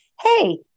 Hey